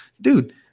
Dude